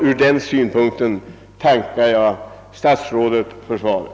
Ur den synpunkten tackar jag än en gång statsrådet för svaret.